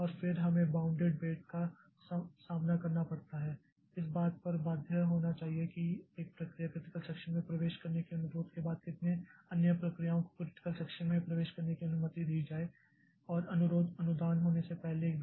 और फिर हमें बाउंडेड वेट का सामना करना पड़ता है इस बात पर बाध्य होना चाहिए कि एक प्रक्रिया क्रिटिकल सेक्षन में प्रवेश करने की अनुरोध के बाद कितने अन्य प्रक्रियाओं को क्रिटिकल सेक्षन में प्रवेश करने की अनुमति दी जाए और अनुरोध अनुदान होने से पहले भी